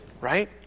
Right